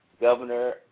governor